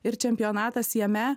ir čempionatas jame